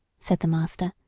said the master.